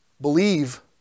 Believe